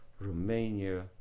Romania